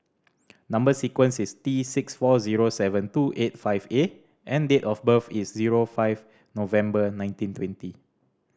number sequence is T six four zero seven two eight five A and date of birth is zero five November nineteen twenty